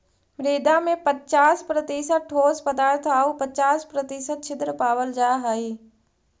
मृदा में पच्चास प्रतिशत ठोस पदार्थ आउ पच्चास प्रतिशत छिद्र पावल जा हइ